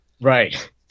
Right